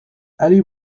ellie